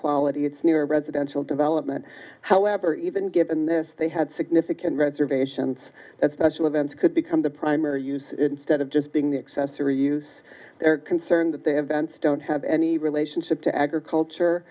quality it's near residential development however even given this they had significant reservations that special events could become the primary use instead of just being the excess or use their concern that the events don't have any relationship to agriculture